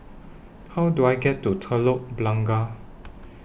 How Do I get to Telok Blangah